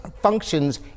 functions